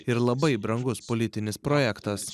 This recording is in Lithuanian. ir labai brangus politinis projektas